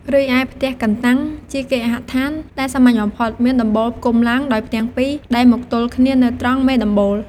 រីឯ ផ្ទះកន្តាំងជាគេហដ្ឋានដែលសាមញ្ញបំផុតមានដំបូលផ្គុំឡើងដោយផ្ទាំងពីរ ដែលមកទល់គ្នានៅត្រង់មេដំបូល។